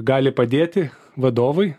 gali padėti vadovui